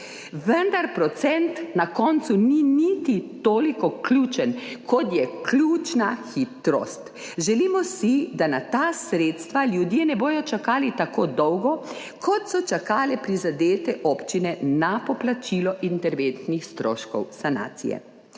vendar procent na koncu ni niti toliko ključen, kot je ključna hitrost. Želimo si, da na ta sredstva ljudje ne bodo čakali tako dolgo, kot so čakale prizadete občine na poplačilo interventnih stroškov sanacije.